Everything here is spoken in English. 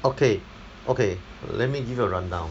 okay okay let me give you a rundown